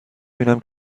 بینم